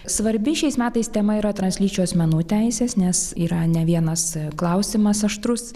svarbi šiais metais tema yra translyčių asmenų teisės nes yra ne vienas klausimas aštrus